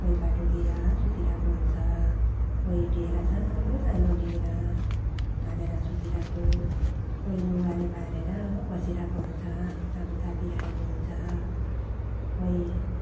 कोही बाटोतिर सुतिरहेको हुन्छ कोही डेरा सानो सानो डेरा हालेर सुतिरहेको कोही लुगाले बारेर बसिरहेको हुन्छ आगो तापिराखेको हुन्छ कोही